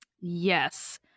Yes